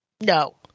no